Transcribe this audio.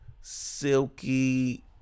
silky